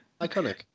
Iconic